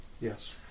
Yes